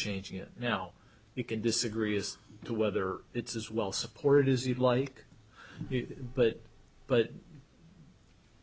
changing it now you can disagree as to whether it's as well supported as you'd like but but